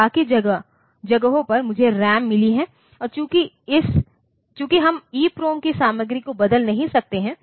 तो बाकी जगहों पर मुझे रैम मिली है और चूंकि हम ईप्रोम की सामग्री को बदल नहीं सकते हैं